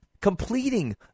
completing